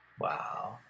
Wow